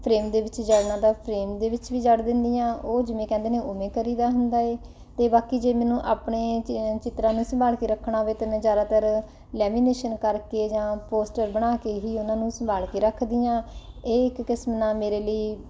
frame ਦੇ ਵਿੱਚ ਜੜਨਾ ਫਰੇਮ ਦੇ ਵਿੱਚ ਵੀ ਜੜ ਦਿੰਦੀ ਹਾਂ ਉਹ ਜਿਵੇਂ ਕਹਿੰਦੇ ਨੇ ਉਵੇਂ ਕਰੀਦਾ ਹੁੰਦਾ ਹੈ ਅਤੇ ਬਾਕੀ ਜੇ ਮੈਨੂੰ ਆਪਣੇ ਚਿ ਚਿੱਤਰਾਂ ਨੂੰ ਸੰਭਾਲ ਕੇ ਰੱਖਣਾ ਹੋਵੇ ਤਾਂ ਮੈਂ ਜ਼ਿਆਦਾਤਰ ਲੈਮੀਨੇਸ਼ਨ ਕਰਕੇ ਜਾਂ ਪੋਸਟਰ ਬਣਾ ਕੇ ਹੀ ਉਹਨਾਂ ਨੂੰ ਸੰਭਾਲ ਕੇ ਰੱਖਦੀ ਹਾਂ ਇਹ ਇੱਕ ਕਿਸਮ ਨਾਲ ਮੇਰੇ ਲਈ